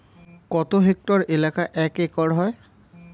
কত হেক্টর এলাকা এক একর হয়?